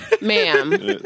ma'am